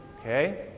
okay